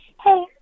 Hey